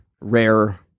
rare